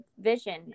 vision